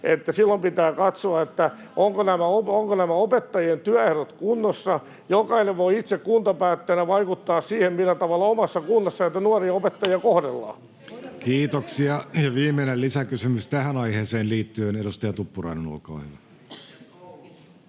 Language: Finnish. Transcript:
silloin pitää katsoa, ovatko nämä opettajien työehdot kunnossa. Jokainen voi itse kuntapäättäjänä vaikuttaa siihen, millä tavalla omassa kunnassa näitä nuoria opettajia kohdellaan. Kiitoksia. — Viimeinen lisäkysymys tähän aiheeseen liittyen, edustaja Tuppurainen, olkaa hyvä.